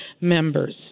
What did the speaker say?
members